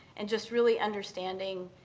and just really understanding